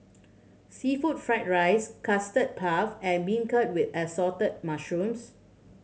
seafood fried rice Custard Puff and beancurd with Assorted Mushrooms